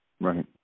right